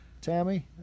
Tammy